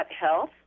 health